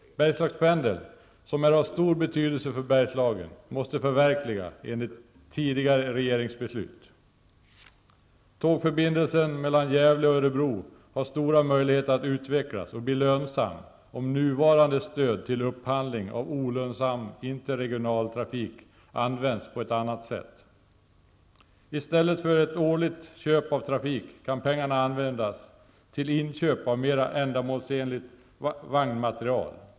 Bergslagspendeln, som är av stor betydelse för Bergslagen, måste förverkligas enligt tidigare regeringsbeslut. Tågförbindelsen mellan Gävle och Örebro har stora möjligheter att utvecklas och bli lönsam, om nuvarande stöd till upphandling av olönsam interregional trafik används på ett annat sätt. I stället för ett årligt köp av trafik kan pengarna användas till inköp av mer ändamålsenligt vagnmaterial.